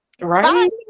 right